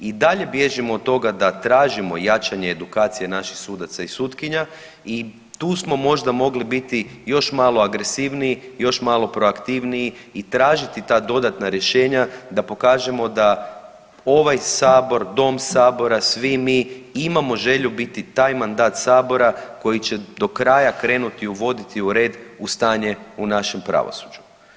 I dalje bježimo od toga da tražimo jačanje edukacije naših sudaca i sutkinja i tu smo možda mogli biti još malo agresivniji, još malo proaktivniji i tražiti ta dodatna rješenja da pokažemo da ovaj sabor, dom sabora, svi mi imamo želju biti taj mandat sabora koji će do kraja krenuti uvoditi u red u stanje u našem pravosuđu.